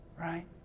right